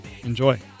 Enjoy